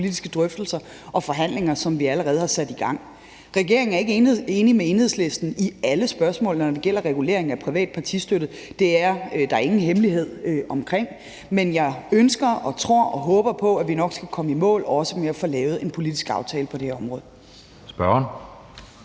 politiske drøftelser og forhandlinger, som vi allerede har sat i gang. Regeringen er ikke enig med Enhedslisten i alle spørgsmål, når det gælder regulering af privat partistøtte. Det er der er ingen hemmelighed omkring. Men jeg ønsker, tror og håber på, at vi nok skal komme i mål, også med at få lavet en politisk aftale på det her område. Kl.